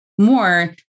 more